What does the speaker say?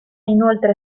inoltre